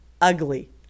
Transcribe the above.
ugly